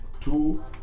two